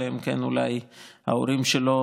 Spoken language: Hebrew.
אלא אם כן אולי ההורים שלו,